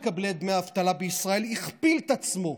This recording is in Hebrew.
האבטלה בישראל הכפיל את עצמו,